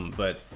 but